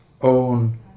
own